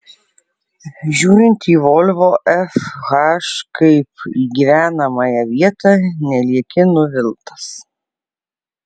žiūrint į volvo fh kaip į gyvenamąją vietą nelieki nuviltas